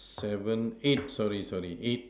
seven eight sorry sorry eight